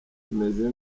tumeze